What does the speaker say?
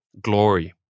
glory